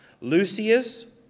Lucius